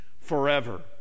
forever